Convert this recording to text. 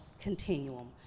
continuum